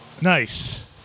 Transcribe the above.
Nice